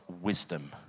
wisdom